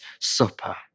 Supper